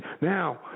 Now